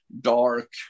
dark